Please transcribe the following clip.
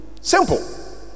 simple